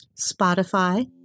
Spotify